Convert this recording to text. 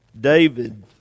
David